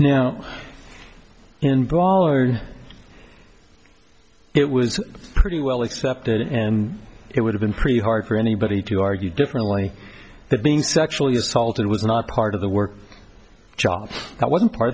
brawler it was pretty well accepted and it would have been pretty hard for anybody to argue differently that being sexually assaulted was not part of the work job that wasn't part